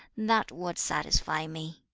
that would satisfy me